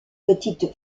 petite